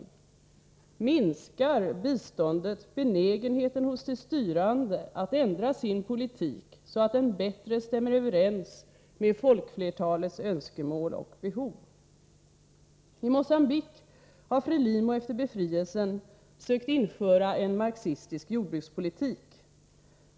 Minskar biståndet benägenheten hos de styrande att ändra sin politik så att den bättre stämmer överens med folkflertalets önskemål och behov? I Mogambique har Frelimo efter befrielsen sökt införa en marxistisk jordbrukspolitik.